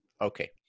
okay